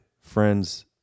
friends